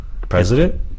president